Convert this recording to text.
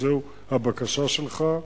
זאת הבקשה שלך.